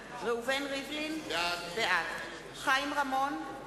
בעד ראובן ריבלין, בעד חיים רמון,